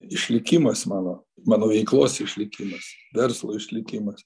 išlikimas mano mano veiklos išlikimas verslo išlikimas